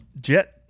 Jet